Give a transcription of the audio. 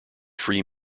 free